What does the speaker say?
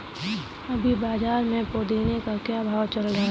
अभी बाज़ार में पुदीने का क्या भाव चल रहा है